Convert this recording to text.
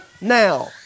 now